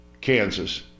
Kansas